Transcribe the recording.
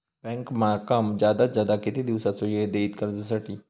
Bank माका जादात जादा किती दिवसाचो येळ देयीत कर्जासाठी?